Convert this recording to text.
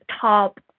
top